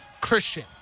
Christian